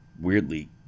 weirdly